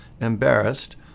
embarrassed